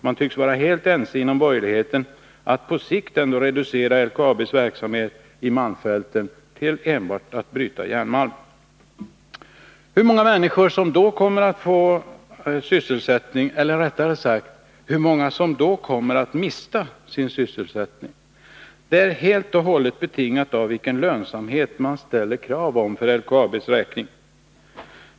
Man tycks vara helt överens inom borgerligheten om att på sikt ändå reducera LKAB:s verksamhet i malmfälten till att enbart gälla järnmalmsbrytning. Hur många än ä : fräs N 7 människor som då kommer att få sysselsättning — eller rättare sagt hur många som då kommer att mista sin sysselsättning — är helt och hållet betingat av vilken lönsamhet man ställer krav på för LKAB:s räkning.